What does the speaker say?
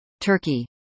Turkey